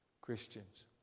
Christians